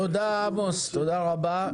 תודה רבה לעמוס שוקן.